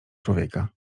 człowieka